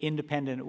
independent